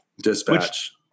Dispatch